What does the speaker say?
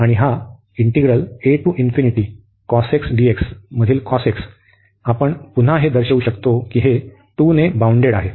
आणि हा मधील आपण पुन्हा हे दर्शवू शकतो की हे 2 ने बाउंडेड आहे